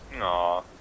Aw